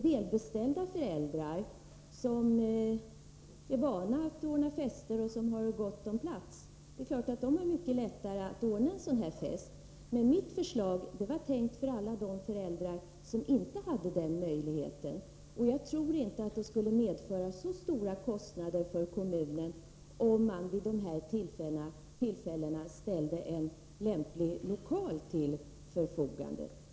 Välbeställda föräldrar som är vana att ordna fester och som har gott om plats har naturligtvis lätt att ordna en sådan här fest, men mitt förslag var tänkt för alla de föräldrar som inte har denna möjlighet. Jag tror inte att det skulle medföra så stora kostnader för kommunerna om man vid dessa tillfällen ställde en lämplig lokal till förfogande.